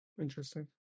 Interesting